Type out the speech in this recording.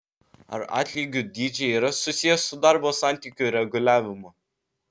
ar atlygių dydžiai yra susiję su darbo santykių reguliavimu